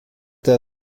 der